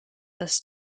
this